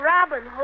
Robin